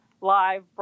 live